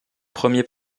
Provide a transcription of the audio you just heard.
premiers